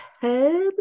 head